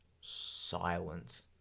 Silence